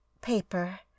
paper